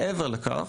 מעבר לכך,